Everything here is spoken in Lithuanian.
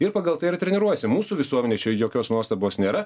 ir pagal tai yra treniruojasi mūsų visuomenėj čia jokios nuostabos nėra